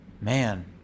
man